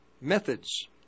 methods